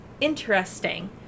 interesting